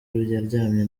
yaryamye